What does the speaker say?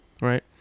right